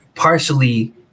Partially